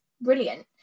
brilliant